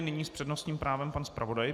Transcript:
Nyní s přednostním právem pan zpravodaj.